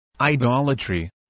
idolatry